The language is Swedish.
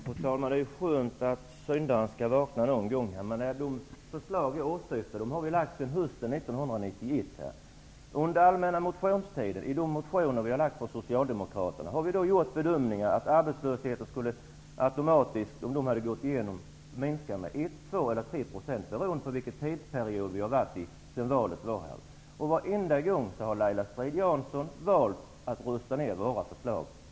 Fru talman! Det är skönt att syndaren vaknar någon gång. De förslag som jag åsyftar lade vi fram hösten 1991. I de motioner som vi socialdemokrater har väckt under allmänna motionstiden har vi gjort bedömningen att arbetslösheten, om motionerna gått igenom, automatiskt skulle minska med 1, 2 eller 3 %, beroende på vilken tidsperiod vi har varit i sedan valet. Varenda gång har Laila Strid-Jansson valt att rösta ner våra förslag.